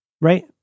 right